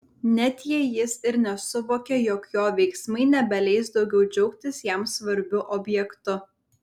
net jei jis ir nesuvokė jog jo veiksmai nebeleis daugiau džiaugtis jam svarbiu objektu